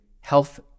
Health